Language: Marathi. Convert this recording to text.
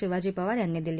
शिवाजी पवार यांनी दिली